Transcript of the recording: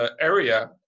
area